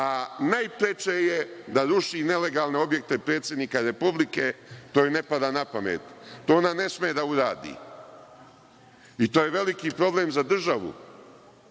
a najpreče je da ruši nelegalne objekte predsednika Republike, to joj ne pada na pamet. To ne sme da uradi i to je veliki problem za državu,